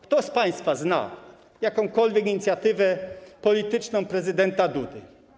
Kto z państwa zna jakąkolwiek inicjatywę polityczną prezydenta Dudy?